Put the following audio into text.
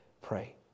pray